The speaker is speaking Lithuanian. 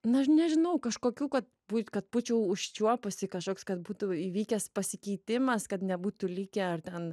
na aš nežinau kažkokių kad būt kad būčiau užčiuopusi kažkoks kad būtų įvykęs pasikeitimas kad nebūtų likę ar ten